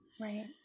Right